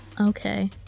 Okay